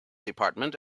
department